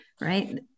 Right